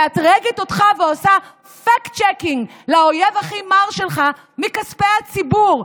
מאתרגת אותך ועושה fact checking לאויב הכי מר שלך מכספי הציבור?